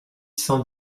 cent